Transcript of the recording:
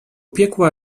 piekła